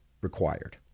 required